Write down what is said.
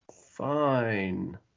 fine